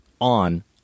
on